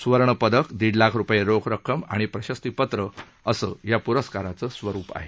स्वर्णपदक दीड लाख रुपये रोख रक्कम आणि प्रशस्तीपत्र असं या प्रस्काराचं स्वरूप आहे